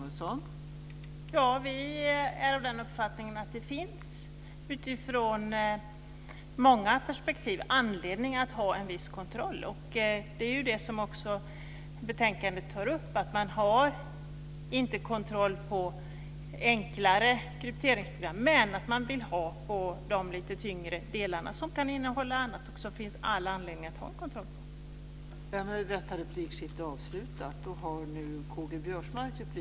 Fru talman! Vi är av den uppfattningen att det utifrån många perspektiv finns anledning att ha en viss kontroll. Det som betänkandet också tar upp är att man inte har kontroll på enklare krypteringsprogram, men att man vill ha det på de lite tyngre delarna, som kan innehålla annat och som det finns all anledning att ha kontroll på.